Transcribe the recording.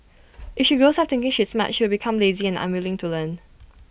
if she grows up thinking she's smart she'll become lazy and unwilling to learn